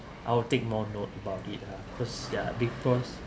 I will take more note about it ah because yeah because